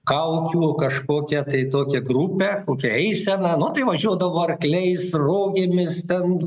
kaukių kažkokią tai tokią grupę kokią eiseną nu tai važiuodavo arkliais rogėmis ten